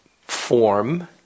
form